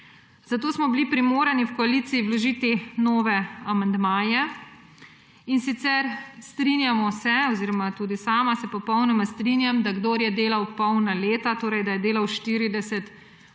Zato smo bili primorani v koaliciji vložiti nove amandmaje. In sicer, strinjamo se oziroma tudi sama se popolnoma strinjam, da kdor je delal polna leta – torej da je delal 40